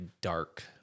dark